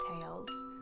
Tales